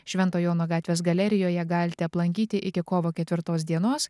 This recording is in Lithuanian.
švento jono gatvės galerijoje galite aplankyti iki kovo ketvirtos dienos